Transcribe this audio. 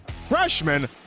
freshman